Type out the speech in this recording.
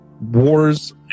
wars